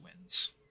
wins